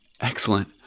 excellent